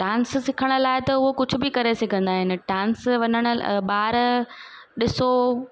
dance सिखण लाइ त उहो कुझु बि करे सघंदा आहिनि डांस वञणु ॿार ॾिसो